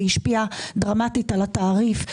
והשפיע דרמטית על התעריף.